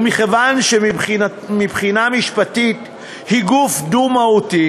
ומכיוון שמבחינה משפטית היא גוף דו-מהותי,